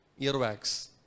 Earwax